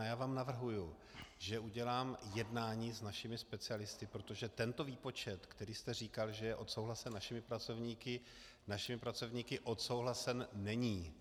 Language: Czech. A já vám navrhuji, že udělám jednání s našimi specialisty, protože tento výpočet, který jste říkal, že je odsouhlasen našimi pracovníky, našimi pracovníky odsouhlasen není.